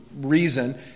reason